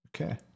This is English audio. Okay